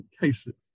cases